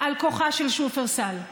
על כוחה של שופרסל,